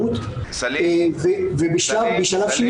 בדק את התיק שלהם ואמר שחסרה הכשרה קלינית